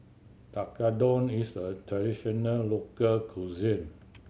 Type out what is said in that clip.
tekkadon is a traditional local cuisine